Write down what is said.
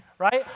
Right